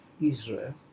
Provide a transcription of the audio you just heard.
Israel